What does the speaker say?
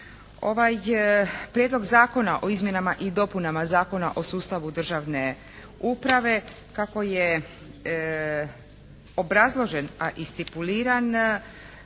Ovaj Prijedlog zakona o izmjenama i dopunama Zakona o sustavu državne uprave kako je obrazložen a i stipuliran